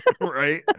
Right